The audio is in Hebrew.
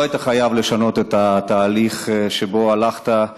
לא היית חייב לשנות את התהליך שבו הלכת,